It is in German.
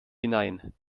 hinein